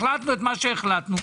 החלטנו את מה שהחלטנו.